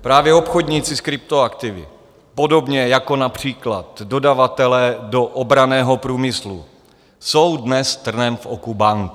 Právě obchodníci s kryptoaktivy, podobně jako například dodavatelé do obranného průmyslu, jsou dnes trnem v oku bank.